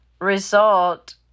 result